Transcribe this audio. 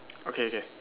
okay okay